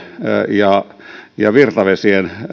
ja ja virtavesien